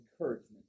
encouragement